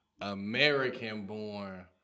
American-born